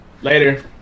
later